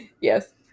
Yes